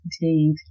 indeed